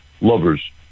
lovers